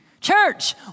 Church